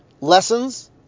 lessons